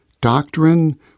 doctrine